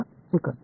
அதன்பின்